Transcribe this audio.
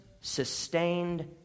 sustained